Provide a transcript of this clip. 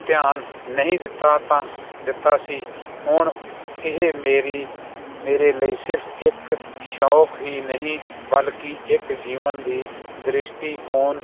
ਧਿਆਨ ਨਹੀਂ ਦਿੱਤਾ ਤਾਂ ਦਿੱਤਾ ਸੀ ਹੁਣ ਇਹ ਮੇਰੀ ਮੇਰੇ ਲਈ ਸਿਰਫ਼ ਇੱਕ ਸ਼ੌਂਕ ਹੀ ਨਹੀਂ ਬਲ ਕਿ ਇੱਕ ਜੀਵਨ ਦੀ ਦ੍ਰਿਸ਼ਟੀਕੋਣ